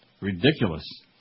Ridiculous